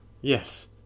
yes